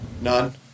None